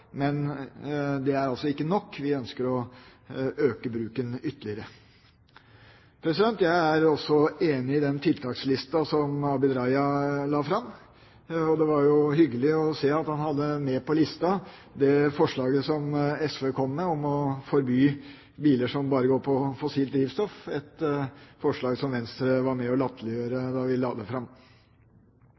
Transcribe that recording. Men det er altså ikke nok. Vi ønsker å øke bruken ytterligere. Jeg er også enig i den tiltakslista som Abid Q. Raja la fram. Det var hyggelig at han hadde med på lista det forslaget som SV kom med, om å forby biler som bare går på fossilt drivstoff – et forslag som Venstre var med på å latterliggjøre da vi la det fram.